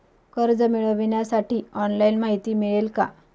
कर्ज मिळविण्यासाठी ऑनलाइन माहिती मिळेल का?